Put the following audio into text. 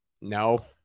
No